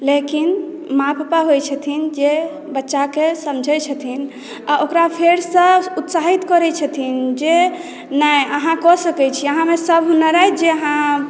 लेकिन माँ पापा होइ छथिन जे बच्च्केंँ समझै छथिन आ ओकरा फेरसँ उत्साहित करै छथिन जे नहि अहाँ कऽ सकैत छी अहाँ मे सभ हुनर अहि जे अहाँ